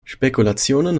spekulationen